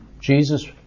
Jesus